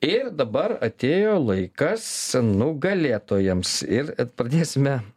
ir dabar atėjo laikas nugalėtojams ir pradėsime